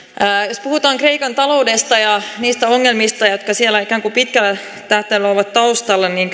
jos puhutaan kreikan taloudesta ja niistä ongelmista jotka siellä ikään kuin pitkällä tähtäimellä ovat taustalla niin